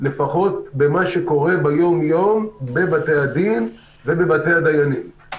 לפחות במה שקורה ביום יום בבתי-הדין ובבתי הדיינים.